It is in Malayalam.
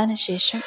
അതിനുശേഷം